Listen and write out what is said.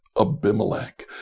Abimelech